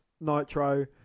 Nitro